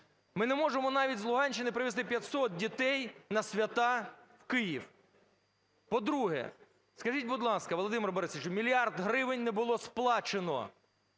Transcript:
Ми не можемо навіть з Луганщини привести 500 дітей на свята в Київ. По-друге, скажіть, будь ласка, Володимире Борисовичу, мільярд гривень не було сплачено